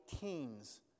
teens